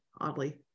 oddly